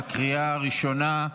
בקריאה הראשונה.